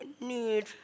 need